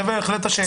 זוהי בהחלט השאלה.